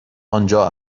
آنجا